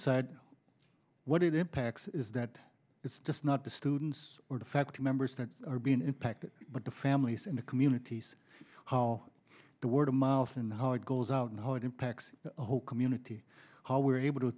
impacts is that it's just not the students or the faculty members that are being impacted but the families in the communities how the word of mouth in the heart goes out and how it impacts the whole community how we're able to